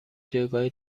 جایگاه